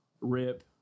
rip